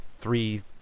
three